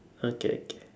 okay okay